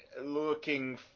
looking